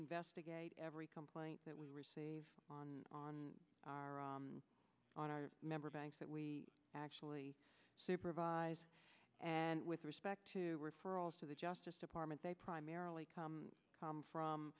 investigate every complaint that we receive on our on our member banks that we actually supervise and with respect to referrals to the justice department they primarily come